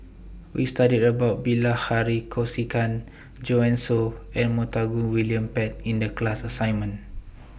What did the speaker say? We studied about Bilahari Kausikan Joanne Soo and Montague William Pett in The class assignment